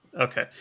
okay